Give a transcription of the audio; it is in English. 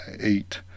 eight